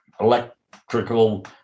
electrical